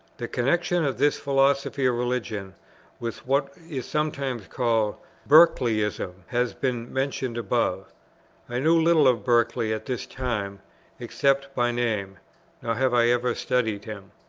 the connexion of this philosophy of religion with what is sometimes called berkeleyism has been mentioned above i knew little of berkeley at this time except by name nor have i ever studied him.